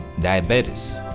diabetes